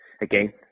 again